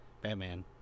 Batman